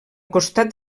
costat